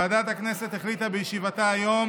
ועדת הכנסת החליטה בישיבתה היום